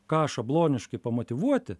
ką šabloniškai pamotyvuoti